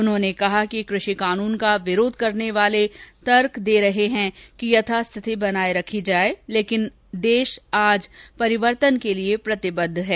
उन्होंने कहा कि कृषि कानून का विरोध करने वाले तर्क दे रहे हैं कि यथास्थिति बनाये रखी जाये लेकिन देश आज परिवर्तन के लिये प्रतिबद्ध है